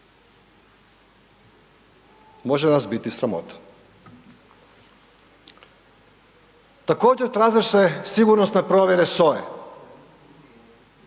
Može nas biti sramota. Također, traže se sigurnosne provjere SOA-e,